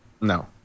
No